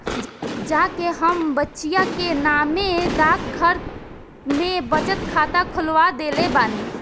जा के हम बचिया के नामे डाकघर में बचत खाता खोलवा देले बानी